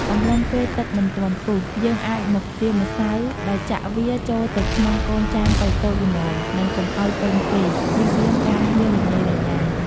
អំឡុងពេលទឹកមិនទាន់ពុះ យើងអាចមកត្រៀមម្សៅ ដោយចាក់វាចូលទៅក្នុងកូនចានតូចៗល្មម និងកុំឱ្យពេញពេក ជៀសវាងការហៀររញ៉េរញ៉ៃ។